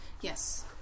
Yes